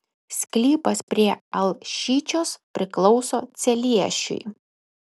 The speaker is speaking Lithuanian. sklypas prie alšyčios priklauso celiešiui